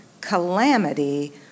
calamity